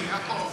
לא קרה כלום.